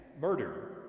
murder